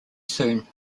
soon